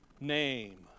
name